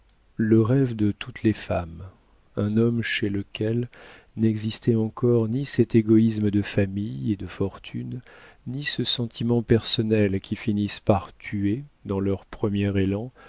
le rêve de toutes les femmes un homme chez lequel n'existaient encore ni cet égoïsme de famille et de fortune ni ce sentiment personnel qui finissent par tuer dans leur premier élan